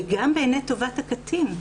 וגם בעיני טובת הקטין.